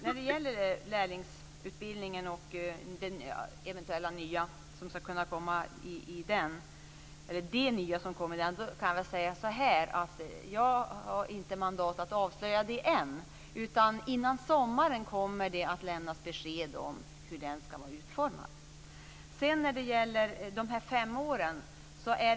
Fru talman! Jag har ännu inte mandat att avslöja det nya som eventuellt kommer när det gäller lärlingsutbildningen. Men före sommaren kommer det att lämnas besked om hur lärlingsutbildningen ska vara utformad. Sedan gällde det den långa försöksperioden på fem år.